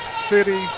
city